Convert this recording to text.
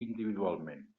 individualment